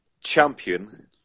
champion